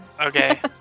Okay